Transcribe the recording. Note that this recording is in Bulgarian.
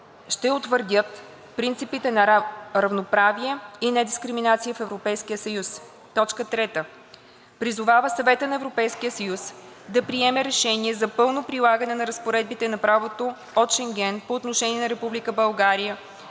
ще утвърдят принципите на равноправие и недискриминация в Европейския съюз. 3. Призовава Съвета на ЕС да приеме решение за пълно прилагане на разпоредбите на правото от Шенген по отношение на